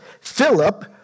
Philip